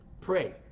Pray